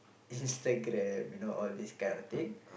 Instagram you know all this kind of thing